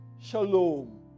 shalom